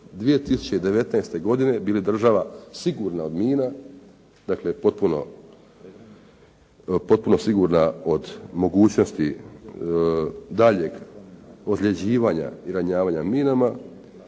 2019. godine bili država sigurna od mina, dakle potpuno sigurna od mogućnosti daljnjeg ozljeđivanja i ranjavanja minama,